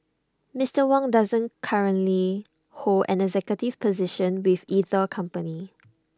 Mister Wang doesn't currently hold an executive position with either company